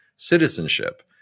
citizenship